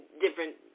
different